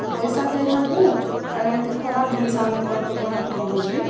ପଇସା ଦେଇ ନେବୁ ଆର୍ ଏମିତି ଖରାପ ଜିନିଷ ଆମେ କ'ଣ ବ୍ୟବହାର କରିବୁ କି